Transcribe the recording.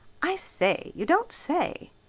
i say! you don't say!